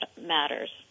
matters